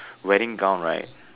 wedding gown right